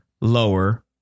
lower